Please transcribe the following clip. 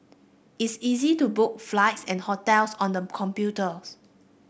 it's easy to book flights and hotels on them computers